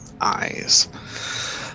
eyes